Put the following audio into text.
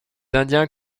indiens